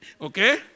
Okay